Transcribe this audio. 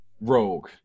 rogue